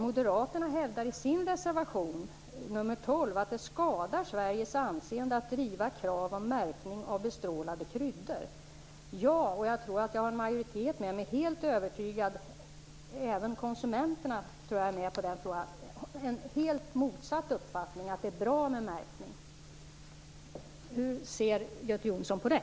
Moderaterna hävdar i sin reservation nr 12 att det skadar Sveriges anseende att driva krav på märkning av bestrålade kryddor. Jag har direkt motsatt uppfattning, att det är bra med en märkning, och jag tror att jag har en majoritet bakom mig på den punkten. Jag tror att även konsumenterna står bakom detta. Hur ser Göte Jonsson på det?